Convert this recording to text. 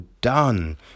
done